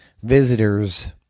Visitors